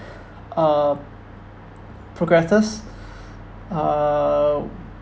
uh progresses err